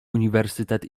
uniwersytet